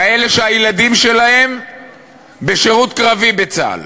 כאלה שהילדים שלהם בשירות קרבי בצה"ל.